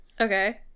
Okay